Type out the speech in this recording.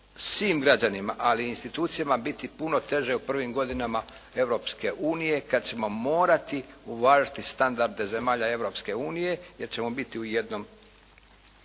svim građanima, ali i institucijama biti puno teže u prvim godinama Europske unije kada ćemo morati uvažiti standarde zemalja Europske unije, jer ćemo biti u jednom